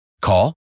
Call